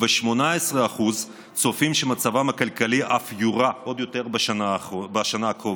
ו-18% צופים שמצבם הכלכלי אף יורע עוד יותר בשנה הקרובה.